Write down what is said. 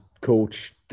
coach